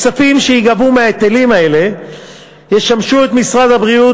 הכספים שייגבו מההיטלים האלה ישמשו את משרד הבריאות